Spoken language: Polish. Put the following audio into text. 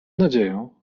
nadzieję